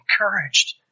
encouraged